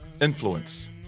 Influence